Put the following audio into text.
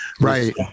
right